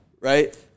right